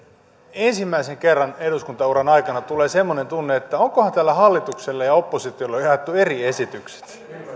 ensimmäisen kerran eduskuntaurani aikana tulee semmoinen tunne että onkohan täällä hallitukselle ja oppositiolle jaettu eri esitykset